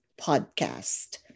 podcast